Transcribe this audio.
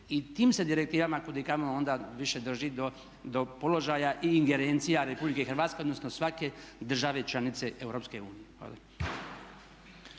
i tim se direktivama kudikamo onda više drži do položaja i ingerencija Republike Hrvatske odnosno svake države članice